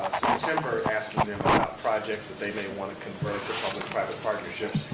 september asking them about projects that they may want to convert the public private partnerships.